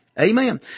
Amen